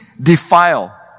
defile